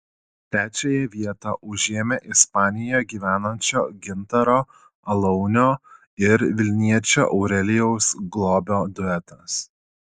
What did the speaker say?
trečiąją vietą užėmė ispanijoje gyvenančio gintaro alaunio ir vilniečio aurelijaus globio duetas